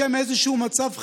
בשם איזשהו מצב חירום,